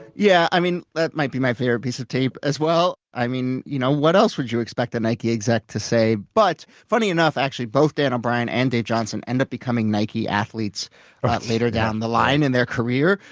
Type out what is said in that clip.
yeah, i mean, that might be my favorite piece of tape as well. i mean, you know, what else would you expect a nike exec to say? but funny enough, actually both dan o'brien and dave johnson end up becoming nike athletes later down the line in their career,